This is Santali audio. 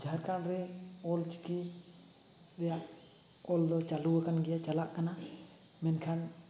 ᱡᱷᱟᱲᱠᱷᱚᱸᱰᱨᱮ ᱚᱞᱪᱤᱠᱤ ᱨᱮᱱᱟᱜ ᱚᱞᱫᱚ ᱪᱟᱹᱞᱩ ᱟᱠᱟᱱᱜᱮᱭᱟ ᱪᱟᱞᱟᱜ ᱠᱟᱱᱟ ᱢᱮᱱᱠᱷᱟᱱ